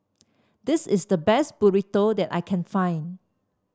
this is the best Burrito that I can find